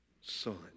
son